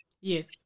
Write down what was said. Yes